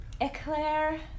Eclair